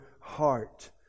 heart